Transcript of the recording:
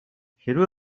хэрвээ